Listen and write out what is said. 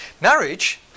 Marriage